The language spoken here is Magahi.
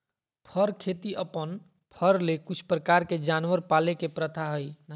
फर खेती अपन फर ले कुछ प्रकार के जानवर पाले के प्रथा हइ